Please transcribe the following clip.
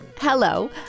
Hello